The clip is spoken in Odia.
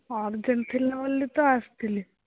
ଅର୍ଜେଣ୍ଟ୍ ଥିଲା ବୋଲି ତ ଆସିଥିଲି